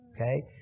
Okay